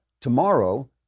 tomorrow